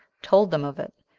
told them of it,